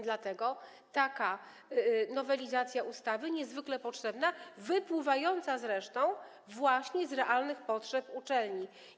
Dlatego taka nowelizacja ustawy, niezwykle potrzebna, wypływająca zresztą właśnie z realnych potrzeb uczelni.